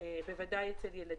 בוודאי אצל ילדים.